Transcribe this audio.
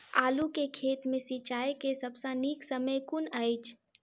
आलु केँ खेत मे सिंचाई केँ सबसँ नीक समय कुन अछि?